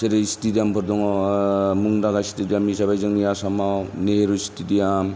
जेरै स्टिडियाम फोर दङ मुंदांखा स्टिडियाम हिसाबै जोंनि आसामाव नेहरु स्टिडियाम